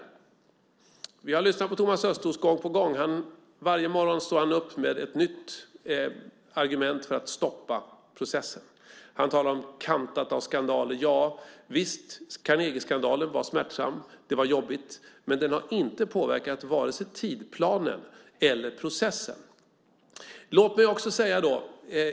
Vi har kunnat lyssna på Thomas Östros som gång på gång, varje morgon står upp med ett nytt argument för att stoppa processen. Han talar om att den är kantad av skandaler. Ja, visst, Carnegieskandalen var smärtsam. Den var jobbig. Men den har inte påverkat vare sig tidsplanen eller processen.